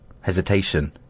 Hesitation